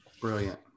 brilliant